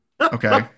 Okay